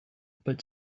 but